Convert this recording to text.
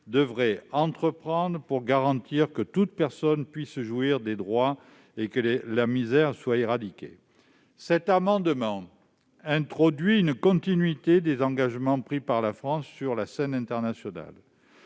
devraient entreprendre pour garantir que toute personne puisse jouir de ces droits et que la misère soit éradiquée. Cet amendement tend donc à introduire une continuité des engagements pris par la France sur la scène internationale.